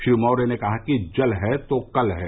श्री मौर्य ने कहा कि जल है तो कल है